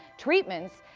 treatments,